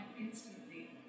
instantly